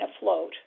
afloat